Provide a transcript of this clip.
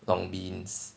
long beans